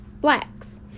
blacks